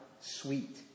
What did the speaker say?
sweet